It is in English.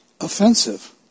offensive